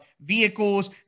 vehicles